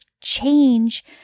change